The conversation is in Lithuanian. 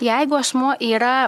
jeigu asmuo yra